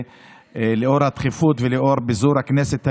הזה לאור הדחיפות ולאור פיזור הכנסת היום,